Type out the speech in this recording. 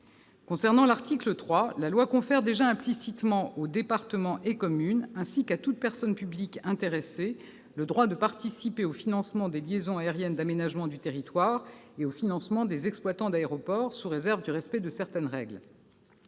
Concernant l'article 3, la loi confère déjà implicitement aux départements et aux communes, ainsi qu'à toute personne publique intéressée, le droit de participer au financement des liaisons aériennes d'aménagement du territoire et des exploitants d'aéroports, sous réserve du respect de certaines règles.